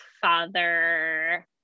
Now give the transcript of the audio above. Father